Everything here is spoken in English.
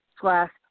slash